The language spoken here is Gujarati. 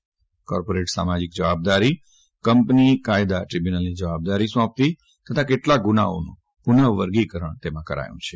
તેમાં કોર્પોરેટ સામાજિક જવાબદારી અને કંપની કાયદા ટ્રીબ્યુનલની જવાબદારીઓ સોંપવા તથા કેટલાક ગુનાઓનું પુનઃ વર્ગીકરણ કરાયું છે